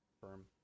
firm